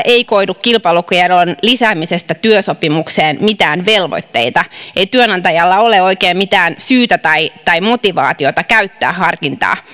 ei koidu kilpailukiellon lisäämisestä työsopimukseen mitään velvoitteita ei työnantajalla ole oikein mitään syytä tai tai motivaatiota käyttää harkintaa